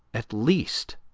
at least,